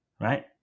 right